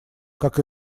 как